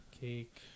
Cake